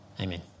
Amen